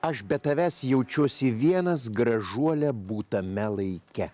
aš be tavęs jaučiuosi vienas gražuole būtame laike